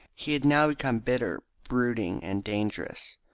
he had now become bitter, brooding, and dangerous.